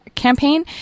campaign